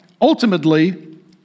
ultimately